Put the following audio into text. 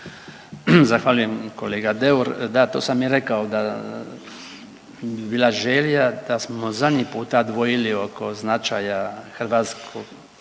Zahvaljujem kolega Deur. Da to sam i rekao da bi bila želja da smo zadnji puta dvojili oko značaja hrvatskog